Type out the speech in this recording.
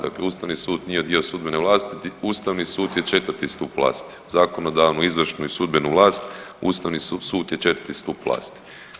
Dakle, Ustavni sud nije dio sudbene vlasti, Ustavni sud je četvrti stup vlasti, uz zakonodavnu, izvršnu i sudbenu vlast, Ustavni sud je četvrti stup vlasti.